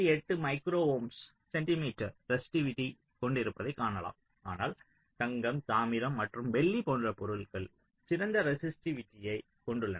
8 micro ohms centimetre resistivity கொண்டிருப்பதை காணலாம் ஆனால் தங்கம் தாமிரம் மற்றும் வெள்ளி போன்ற பொருட்கள் சிறந்த ரெசிஸ்டிவிட்டியை கொண்டுள்ளன